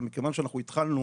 אבל מכיוון שאנחנו התחלנו